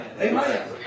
Amen